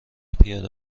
پیاده